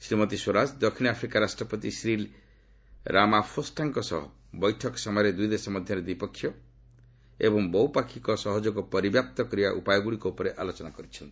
ଶ୍ରୀମତୀ ସ୍ୱରାଜ ଦକ୍ଷିଣ ଆଫ୍ରିକା ରାଷ୍ଟ୍ରପତି ସିରିଲ୍ ରାମାଫୋଷାଙ୍କ ସହ ବୈଠକ ସମୟରେ ଦୁଇଦେଶ ମଧ୍ୟରେ ଦ୍ୱିପକ୍ଷୀୟ ଏବଂ ବହୁପାକ୍ଷିକ ସହଯୋଗ ପରିବ୍ୟାପ୍ତ କରିବା ଉପାୟଗୁଡ଼ିକ ଉପରେ ଆଲୋଚନା କରିଛନ୍ତି